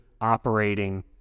operating